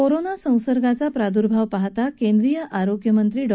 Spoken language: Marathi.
कोरोना संसर्गाचा प्रादुर्भाव पाहता केंद्रीय आरोग्यमंत्री डॉ